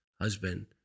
husband